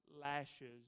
lashes